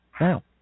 Now